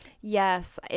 Yes